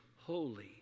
holy